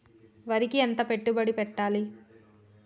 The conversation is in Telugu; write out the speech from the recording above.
వరికి ఎంత పెట్టుబడి పెట్టాలి?